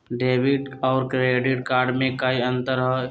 Debit और credit card में कई अंतर हई?